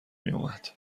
میومد